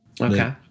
Okay